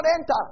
enter